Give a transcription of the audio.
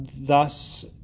thus